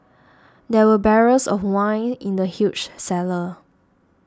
there were barrels of wine in the huge cellar